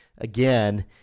Again